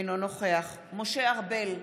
אינו נוכח משה ארבל,